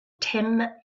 tim